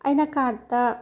ꯑꯩꯅ ꯀꯥꯔꯠꯇ